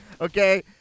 Okay